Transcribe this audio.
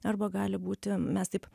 arba gali būti mes taip